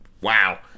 wow